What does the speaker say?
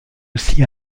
aussi